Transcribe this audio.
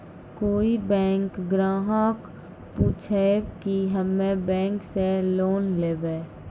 कोई बैंक ग्राहक पुछेब की हम्मे बैंक से लोन लेबऽ?